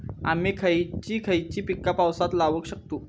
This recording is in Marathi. आम्ही खयची खयची पीका पावसात लावक शकतु?